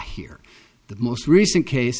here the most recent case